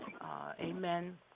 Amen